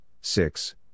six